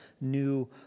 new